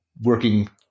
working